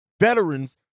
veterans